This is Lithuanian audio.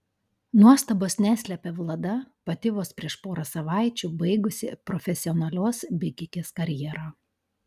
nuostabos neslepia vlada pati vos prieš porą savaičių baigusi profesionalios bėgikės karjerą